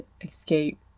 escape